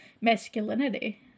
masculinity